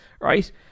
right